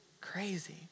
crazy